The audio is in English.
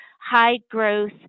high-growth